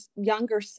younger